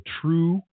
true